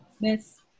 Miss